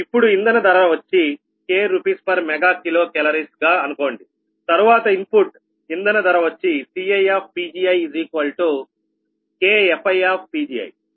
ఇప్పుడు ఇంధన ధర వచ్చి k Rs MkCal గా అనుకోండి తరువాత ఇన్పుట్ ఇంధన ధర వచ్చి CiPgik FiPgikPgi